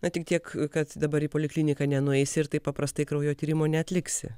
bet tik tiek kad dabar į polikliniką nenueisi ir taip paprastai kraujo tyrimo neatliksi